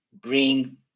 bring